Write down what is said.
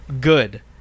Good